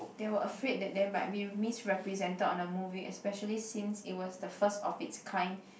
they were afraid that they might be misrepresented on the movie especially since it was the first of it's kind